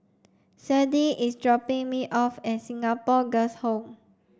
Sade is dropping me off at Singapore Girls' Home